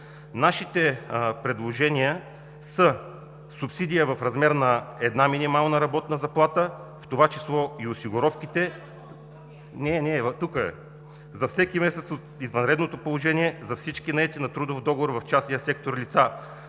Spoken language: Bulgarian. Нашите предложения са: субсидия в размер на една минимална работна заплата, в това число и осигуровките за всеки месец от извънредното положение за всички наети на трудов договор в частния сектор лица;